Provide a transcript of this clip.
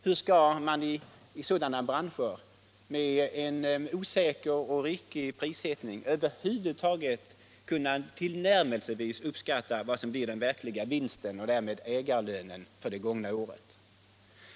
Hur skall man i sådana branscher, med en osäker och ryckig prissättning, kunna ens tillnärmelsevis uppskatta vad som blir den verkliga vinsten och därmed ägarlönen för det gångna året?